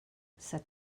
said